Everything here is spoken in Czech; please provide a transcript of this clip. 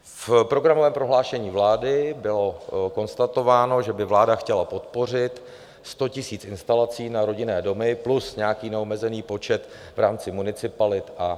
V programovém prohlášení vlády bylo konstatováno, že by vláda chtěla podpořit 100 000 instalací na rodinné domy plus nějaký neomezený počet v rámci municipalit a továren.